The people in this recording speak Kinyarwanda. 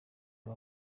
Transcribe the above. aba